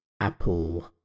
Apple